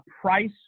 price